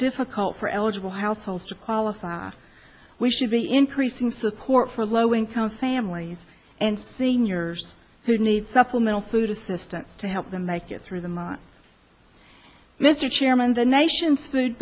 difficult for eligible households to qualify we should be increasing support for low income families and seniors who need supplemental food assistance to help them make it through the month mr chairman the nation's food